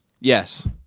yes